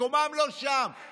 מקומם לא שם,